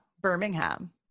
Birmingham